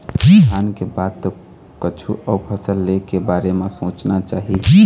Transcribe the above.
धान के बाद तो कछु अउ फसल ले के बारे म सोचना चाही